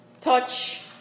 touch